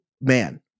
man